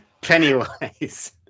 Pennywise